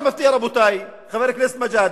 רבותי, חבר הכנסת מג'אדלה,